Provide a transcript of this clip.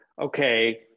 okay